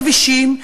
בכבישים,